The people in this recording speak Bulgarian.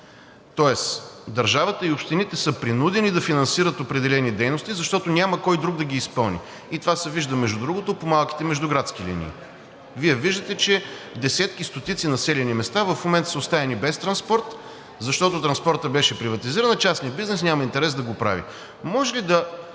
тоест държавата и общините са принудени да финансират определени дейности, защото няма кой друг да ги изпълни. И това се вижда, между другото, по малките междуградски линии. Вие виждате, че десетки, стотици населени места в момента се оставени без транспорт, защото транспортът беше приватизиран, а частният бизнес няма интерес да го прави.